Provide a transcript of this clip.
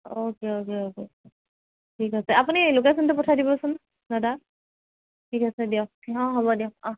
okay okay okay ঠিক আছে আপুনি লোকেশ্বনতো পঠাই দিবচোন দাদা ঠিক আছে দিয়ক অঁ হ'ব দিয়ক অঁ